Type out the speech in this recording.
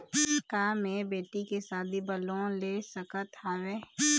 का मैं बेटी के शादी बर लोन ले सकत हावे?